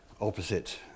opposite